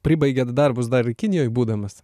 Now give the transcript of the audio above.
pribaigėt darbus dar ir kinijoj būdamas